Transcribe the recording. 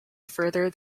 further